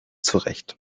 zurecht